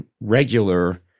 regular